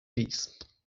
geese